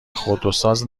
خودروساز